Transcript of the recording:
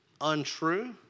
untrue